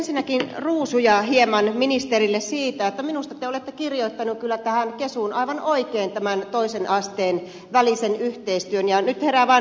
ensinnäkin ruusuja hieman ministerille siitä että minusta te olette kirjoittanut kyllä tähän kesuun aivan oikein tämän toisen asteen välisen yhteistyön ja nyt herää vaan epäilys